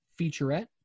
featurette